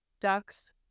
ducks